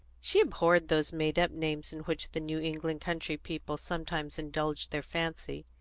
she abhorred those made-up names in which the new england country people sometimes indulge their fancy,